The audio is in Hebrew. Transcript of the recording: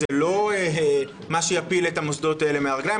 זה לא מה שיפיל את המוסדות האלה מהרגליים.